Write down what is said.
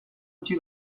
utzi